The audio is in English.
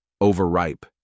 overripe